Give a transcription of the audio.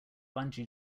bungee